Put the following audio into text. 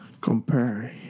compare